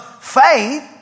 faith